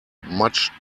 much